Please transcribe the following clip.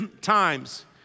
times